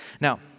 Now